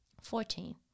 Fourteen